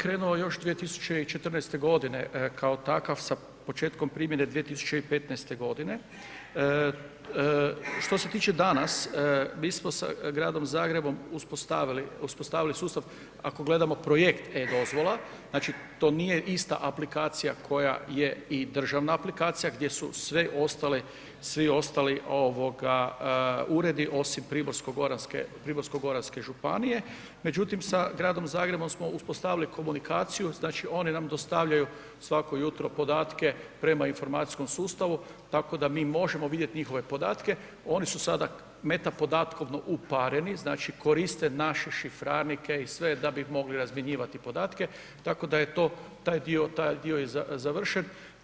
Projekt e-dozvola je krenula još 2014. g., kao takav sa početkom primjene 2015. g. Što se tiče danas, mi smo sa gradom Zagrebom uspostavili sustav ako gledamo projekt e-dozvola, znači to nije ista aplikacija koja je i državna aplikacija gdje su svi ostali uredi osim Primorsko-goranske županije međutim s gradom Zagrebom smo uspostavili komunikaciju, znači oni nam dostavljaju svako jutro podatke prema informacijskom sustavu tako da mi možemo vidjeti njihove podatke, oni su sada meta podatkovno upareni znači koriste naš šifrarnike i sve da bi mogli razmjenjivati podatke tako da je taj dio završen.